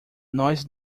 nós